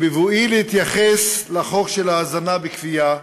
בבואי להתייחס לחוק של ההזנה בכפייה,